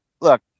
look